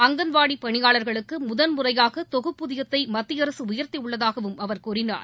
அங்கன்வாடி பணியாளர்களுக்கு முதன் முறையாக தொகுப்பூதியத்தை மத்திய அரசு உயர்த்தியுள்ளதாகவும் அவர் கூறினார்